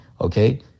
Okay